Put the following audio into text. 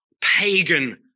pagan